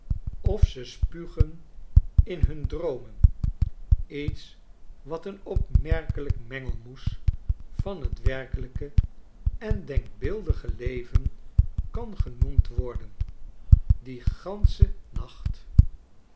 of ze spugen in hun droomen iets wat een opmerkelijk mengelmoes van t werkelijke en denkbeeldige leven kan genoemd worden dien ganschen nacht